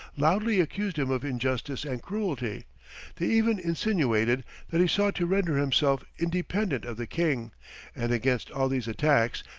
loudly accused him of injustice and cruelty they even insinuated that he sought to render himself independent of the king and against all these attacks,